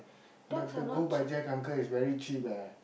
but the go by Jack uncle is very cheap ah